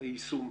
נושא